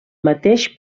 mateix